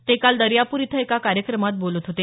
ते काल दर्यापूर इथं एका कार्यक्रमात बोलत होते